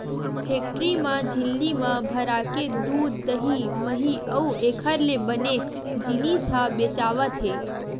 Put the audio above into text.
factory म झिल्ली म भराके दूद, दही, मही अउ एखर ले बने जिनिस ह बेचावत हे